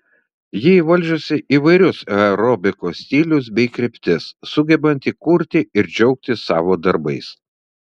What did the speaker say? ji įvaldžiusi įvairius aerobikos stilius bei kryptis sugebanti kurti ir džiaugtis savo darbais